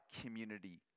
community